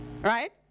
Right